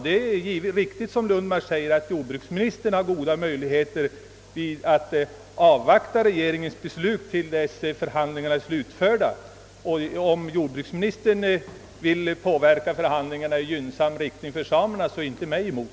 Det är riktigt som herr Lundmark säger att jordbruksministern har goda möjligheter att ställa sig avvaktande så att regeringens beslut inte fattas förrän förhandlingarna är slutförda, och om jordbruksministern vill påverka förhandlingarna i för samerna gynnsam riktning, så inte mig emot.